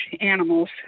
animals